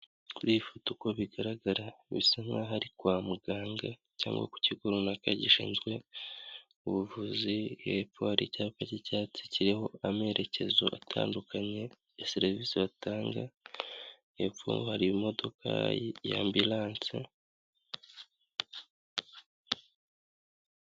Kuri iyifoto uko bigaragara bisa nk'a ari kwa muganga cyangwa ku kigo runaka gishinzwe ubuvuzi hepfore icyapa cy'icyatsi kiriho amerekezo atandukanye ya serivisi batanga hepfo hari imodoka y'ambulance.